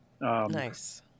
Nice